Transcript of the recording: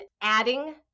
adding